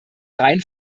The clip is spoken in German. rein